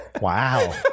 Wow